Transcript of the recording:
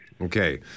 Okay